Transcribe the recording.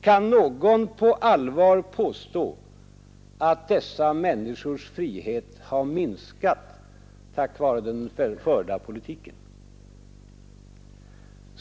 Kan någon på allvar påstå att dessa människors frihet har minskat genom den förda politiken?